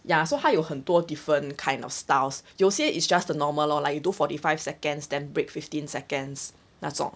ya so 他有很多 different kind of styles 有些 is just the normal lor like you do forty five seconds then break fifteen seconds 那种